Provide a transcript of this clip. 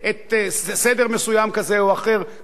מסוים כזה או אחר כמו שניסו להציג.